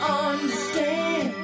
understand